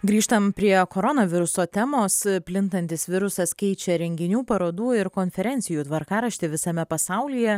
grįžtam prie koronaviruso temos plintantis virusas keičia renginių parodų ir konferencijų tvarkaraštį visame pasaulyje